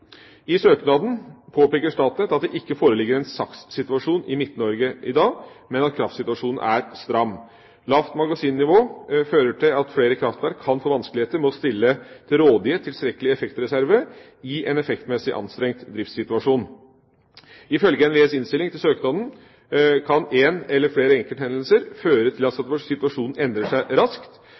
I søknaden påpeker Statnett at det ikke foreligger svært anstrengte kraftsituasjoner, SAKS, i Midt-Norge i dag, men at kraftsituasjonen er stram. Lavt magasinnivå fører til at flere kraftverk kan få vanskeligheter med å stille til rådighet tilstrekkelig effektreserver i en effektmessig anstrengt driftssituasjon. Ifølge NVEs innstilling til søknaden kan en eller flere enkelthendelser føre til at situasjonen endrer seg raskt.